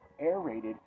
aerated